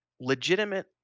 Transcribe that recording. legitimate